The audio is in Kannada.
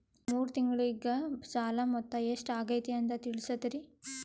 ಮೂರು ತಿಂಗಳಗೆ ಸಾಲ ಮೊತ್ತ ಎಷ್ಟು ಆಗೈತಿ ಅಂತ ತಿಳಸತಿರಿ?